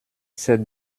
c’est